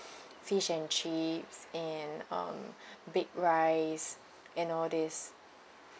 fish and chips and um baked rice and all these